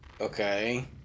okay